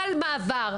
סל מעבר.